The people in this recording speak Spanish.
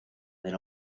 del